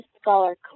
scholar